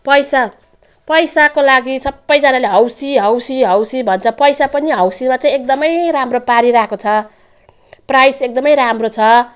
पैसा पैसाको लागि सबैजनाले हौसी हौसी हौसी भन्छ पैसा पनि हौसीमा चाहिँ एकदमै राम्रो पारिरहेको छ प्राइस एकदमै राम्रो छ